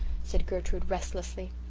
said gertrude restlessly.